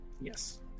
Yes